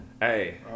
hey